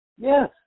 Yes